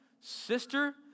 sister